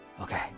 okay